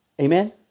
Amen